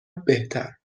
بهتر